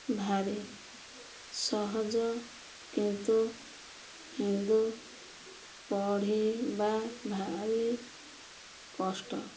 ଭାରି ସହଜ କିନ୍ତୁ ହିନ୍ଦୁ ପଢ଼ିବା ଭାରି କଷ୍ଟ